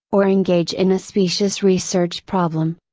or engage in a specious research problem.